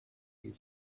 you